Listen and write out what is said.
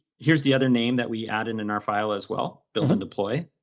here's the other name that we added in our file as well, build and deploy.